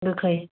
गोखै